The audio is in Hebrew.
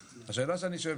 השאלה שאני שואל,